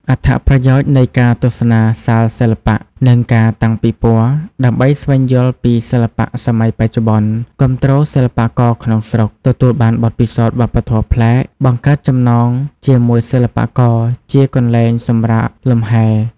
អត្ថប្រយោជន៍នៃការទស្សនាសាលសិល្បៈ និងការតាំងពិពណ៌ ដើម្បីស្វែងយល់ពីសិល្បៈសម័យបច្ចុប្បន្ន គាំទ្រសិល្បករក្នុងស្រុក ទទួលបានបទពិសោធន៍វប្បធម៌ប្លែក បង្កើតចំណងជាមួយសិល្បករ ជាកន្លែងសម្រាកលំហែ។